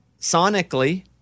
sonically